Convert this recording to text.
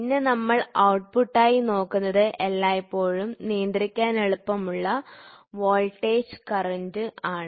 പിന്നെ നമ്മൾ ഔട്ട്പുട്ട് ആയി നോക്കുന്നത് എല്ലായ്പ്പോഴും നിയന്ത്രിക്കാൻ എളുപ്പമുള്ള വോൾട്ടേജോ കറന്റോ ആണ്